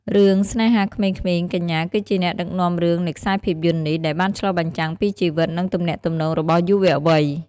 រឿង ស្នេហាក្មេងៗ កញ្ញាគឺជាអ្នកដឹកនាំរឿងនៃខ្សែភាពយន្តនេះ ដែលបានឆ្លុះបញ្ចាំងពីជីវិត និងទំនាក់ទំនងរបស់យុវវ័យ។